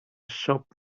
shop